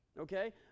Okay